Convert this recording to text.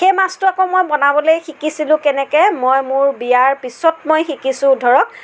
সেই মাছটো আকৌ মই বনাবলৈ শিকিছিলোঁ কেনেকৈ মই মোৰ বিয়াৰ পিছত মই শিকিছোঁ ধৰক